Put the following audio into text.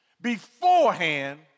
beforehand